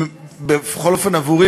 בכל אופן עבורי,